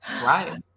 Right